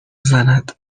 زند